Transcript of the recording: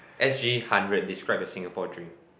s_g hundred describe in Singapore dream